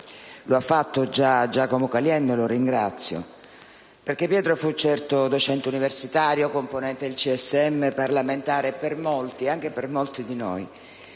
lo ha fatto già Giacomo Caliendo, e lo ringrazio. Pietro fu, certo, docente universitario, componente del CSM e parlamentare e per molti - anche per molti di noi